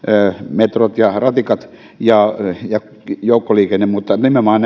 metrot ratikat ja ja joukkoliikenne mutta nimenomaan